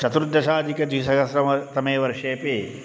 चतुर्दशाधिकद्विसहस्रतमे वर्षेपि